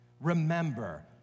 Remember